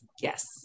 Yes